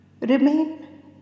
Remain